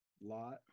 lot